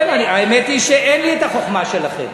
כן, האמת שאין לי את החוכמה שלכן.